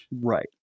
Right